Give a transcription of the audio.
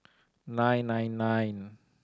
nine nine nine